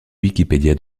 wikipédia